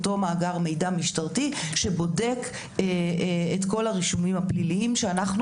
אותו מאגר מידע משטרתי שבודק את כל הרישומים הפליליים שאנחנו